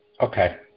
Okay